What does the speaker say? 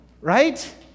right